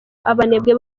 abanebwe